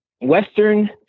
Western